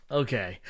okay